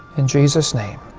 in jesus' name,